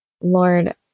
Lord